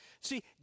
See